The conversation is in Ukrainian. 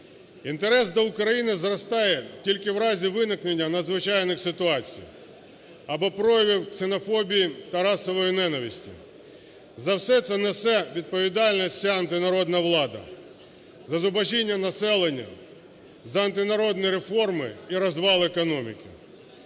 Інтерес до України зростає тільки в разі виникнення надзвичайних ситуацій або проявів ксенофобії та расової ненависті. За це все несе відповідальність ця антинародна влада: за зубожіння населення, за антинародні реформи і розвал економіки.